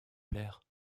plaire